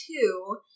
two